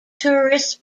tourists